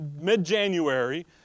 mid-January